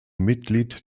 mitglied